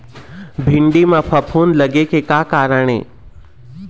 भिंडी म फफूंद लगे के का कारण ये?